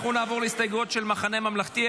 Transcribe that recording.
נעבור להסתייגויות של המחנה הממלכתי.